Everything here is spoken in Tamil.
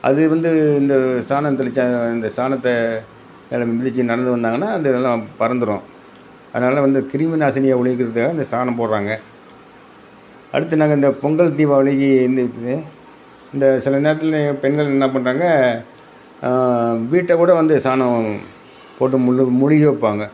அது வந்து இந்த சாணம் தெளிச்சாங்க இந்த சாணத்தை அதை மிதித்து நடந்து வந்தாங்கனா அந்த இதெல்லாம் பறந்துடும் அதனால் தான் வந்து கிருமிநாசினியை ஒழிக்கிறதுக்காக இந்த சாணம் போடுறாங்க அடுத்து என்னாங்க இந்த பொங்கல் தீபாவளிக்கு வந்து இந்த இந்த சில நேரத்தில் பெண்கள் என்ன பண்ணுறாங்க வீட்டை கூட வந்து சாணம் போட்டு முழு முழுகி வைப்பாங்க